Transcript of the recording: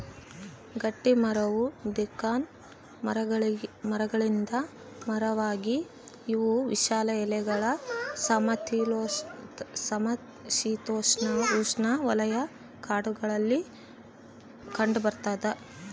ಗಟ್ಟಿಮರವು ಡಿಕಾಟ್ ಮರಗಳಿಂದ ಮರವಾಗಿದೆ ಇವು ವಿಶಾಲ ಎಲೆಗಳ ಸಮಶೀತೋಷ್ಣಉಷ್ಣವಲಯ ಕಾಡುಗಳಲ್ಲಿ ಕಂಡುಬರ್ತದ